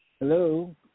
Hello